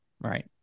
right